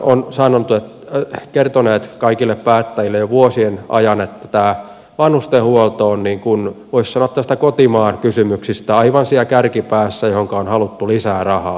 tutkimuksethan ovat kertoneet kaikille päättäjille jo vuosien ajan että tämä vanhustenhuolto on voisi sanoa näistä kotimaan kysymyksistä aivan siellä kärkipäässä johon on haluttu lisää rahaa